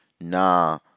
Nah